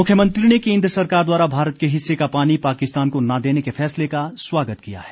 मुख्यमंत्री ने केंद्र सरकार द्वारा भारत के हिस्से का पानी पाकिस्तान को न देने के फैसले का स्वागत किया है